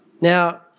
Now